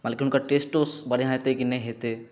मानि लिअ कि हुनका टेस्टो बढ़िऑं हेतै की नहि हेतै